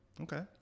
Okay